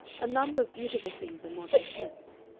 a number of beautiful things are not intense.